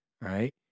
right